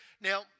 Now